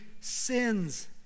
sins